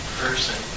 person